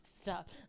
stop